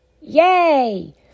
Yay